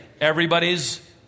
everybody's